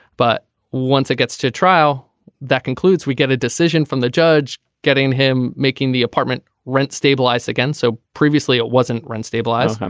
but once it gets to trial that concludes we get a decision from the judge getting him making the apartment rent stabilized again. so previously it wasn't rent stabilized.